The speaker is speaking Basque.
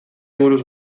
buruz